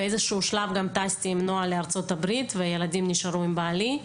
באיזשהו שלב גם טסתי עם נועה לארצות הברית והילדים נשארו עם בעלי,